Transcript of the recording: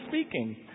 speaking